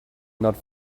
not